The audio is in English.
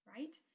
Right